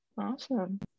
Awesome